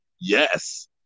Yes